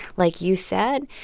like you said,